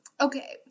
Okay